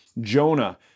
Jonah